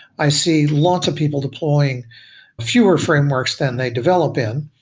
i see lots of people deploying fewer frameworks than they develop in.